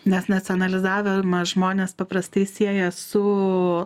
nes nacionalizavimą žmonės paprastai sieja su